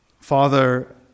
Father